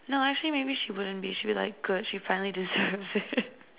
no actually maybe she wouldn't be she will be like good she finally deserves it